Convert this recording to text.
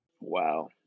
Wow